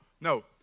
no